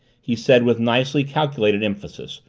he said with nicely calculated emphasis,